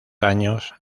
años